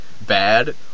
bad